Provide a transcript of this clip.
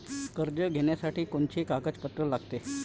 कर्ज घ्यासाठी कोनचे कागदपत्र लागते?